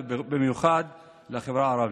ובמיוחד לא לחברה הערבית.